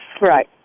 Right